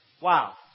wow